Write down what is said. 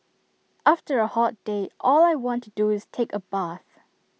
after A hot day all I want to do is take A bath